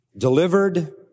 delivered